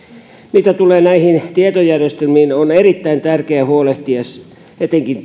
mitä tulee tietojärjestelmiin on erittäin tärkeää huolehtia etenkin